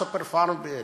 "סופר פארם".